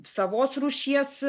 savos rūšies